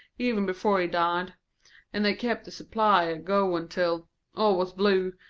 even before he died and they kept the supply a-goin' till all was blue,